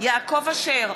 יעקב אשר,